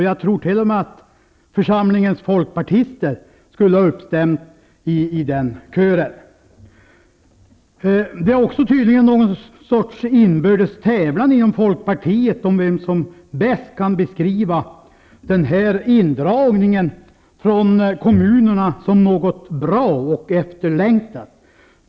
Jag tror t.o.m. att församlingens folkpartister skulle ha instämt i den kören. Det är tydligen också någon sorts inbördes tävlan inom Folkpartiet om vem som bäst kan beskriva den här indragningen från kommunerna som något bra och efterlängtat.